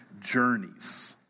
journeys